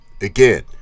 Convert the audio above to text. Again